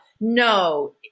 No